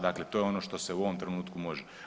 Dakle, to je ono što se u ovom trenutku može.